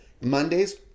Mondays